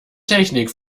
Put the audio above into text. technik